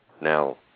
now